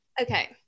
Okay